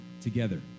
together